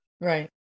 right